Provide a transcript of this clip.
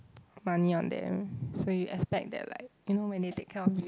money on them so you expect that like you know when they take care of you